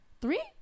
Three